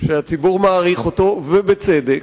שהציבור מעריך אותו, ובצדק,